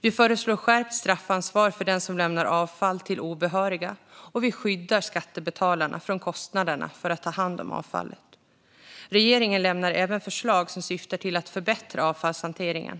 Vi föreslår skärpt straffansvar för den som lämnar avfall till obehöriga, och vi skyddar skattebetalarna från kostnaderna för att ta hand om avfallet. Regeringen lämnar även förslag som syftar till att förbättra avfallshanteringen.